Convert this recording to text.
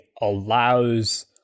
allows